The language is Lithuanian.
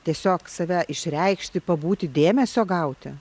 tiesiog save išreikšti pabūti dėmesio gauti